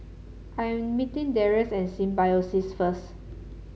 I meeting Darrius at Symbiosis first